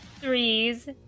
threes